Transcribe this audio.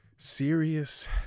Serious